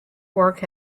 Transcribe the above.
work